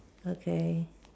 okay